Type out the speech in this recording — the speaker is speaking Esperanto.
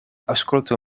aŭskultu